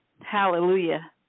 Hallelujah